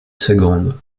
second